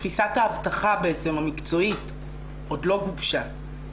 תפיסת האבטחה המקצועית עוד לא גובשה.